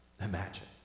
imagine